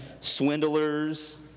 swindlers